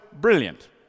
brilliant